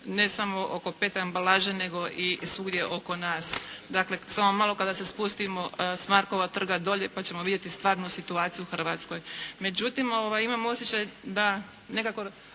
ne samo oko pet ambalaže nego i svugdje oko nas. Samo malo kada se spustimo sa Markova trga dolje, pa ćemo vidjeti stvarnu situaciju u Hrvatskoj. Međutim, imam osjećaj da nekako